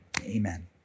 Amen